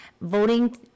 Voting